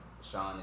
Sean